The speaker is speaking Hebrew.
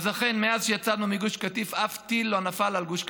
אז אכן מאז שיצאנו מגוש קטיף אף טיל לא נפל על גוש קטיף,